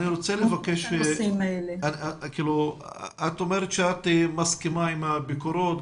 את אומרת שאת מסכימה עם הביקורות,